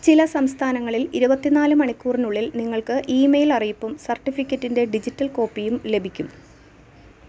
ചില സംസ്ഥാനങ്ങളിൽ ഇരുപത്തി നാല് മണിക്കൂറിനുള്ളിൽ നിങ്ങൾക്ക് ഇമെയിൽ അറിയിപ്പും സർട്ടിഫിക്കറ്റിൻ്റെ ഡിജിറ്റൽ കോപ്പിയും ലഭിക്കും